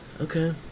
okay